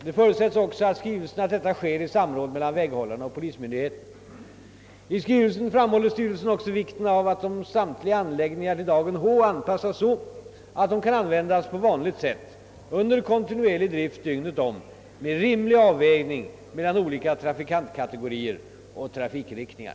Det förutsätts också i skrivelsen att detta sker i samråd mellan väghållarna och polismyndigheten. I skrivelsen framhåller styrelsen också vikten av att samtliga anläggningar till dagen H anpassas så, att de kan användas på vanligt sätt under kontinuerlig drift dygnet om med rimlig avvägning mellan olika trafikantkategorier och trafikriktningar.